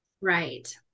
right